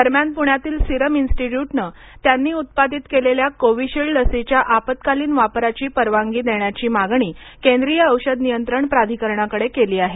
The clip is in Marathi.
दरम्यान पृण्यातील सिरम इन्स्टिट्यूटने त्यांनी उत्पादित केलेल्या कोविशील्ड लसीच्या आपत्कालीन वापराची परवानगी देण्याची मागणी केंद्रीय औषध नियंत्रण प्राधिकरणाकडे केली आहे